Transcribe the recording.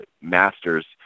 masters